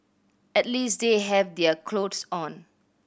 at least they have their cloth on